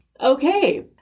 Okay